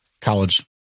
college